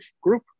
Group